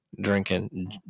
drinking